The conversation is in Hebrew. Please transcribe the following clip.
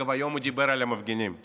אגב, היום הוא דיבר על המפגינים הפריבילגים,